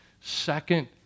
second